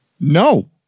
no